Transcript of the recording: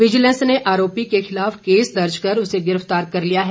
vigilance ने आरोपी के खिलाफ केस दर्ज कर उसे गिरफ्तार कर लिया गया है